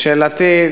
לשאלתי.